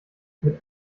mit